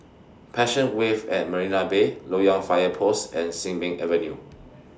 Passion Wave At Marina Bay Loyang Fire Post and Sin Ming Avenue